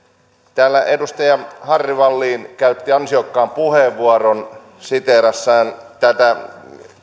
täällä edustaja harry wallin käytti ansiokkaan puheenvuoron siteeratessaan tätä